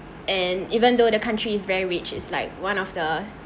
and even though the country is very rich is like one of the